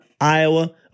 iowa